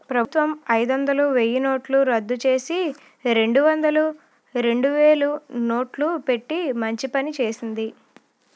ప్రభుత్వం అయిదొందలు, వెయ్యినోట్లు రద్దుచేసి, రెండొందలు, రెండువేలు నోట్లు పెట్టి మంచి పని చేసింది